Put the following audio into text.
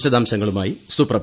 വിശദാംശങ്ങളുമായി സുപ്രഭ